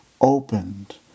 opened